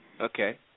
Okay